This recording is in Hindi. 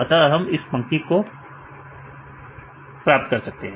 अतः हम इस पंक्ति से प्राप्त कर सकते हैं